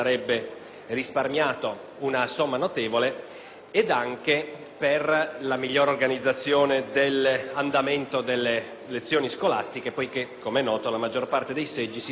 che per una migliore organizzazione dell'andamento delle lezioni scolastiche, poiché, com'è noto, la maggior parte dei seggi si trova appunto in istituti scolastici.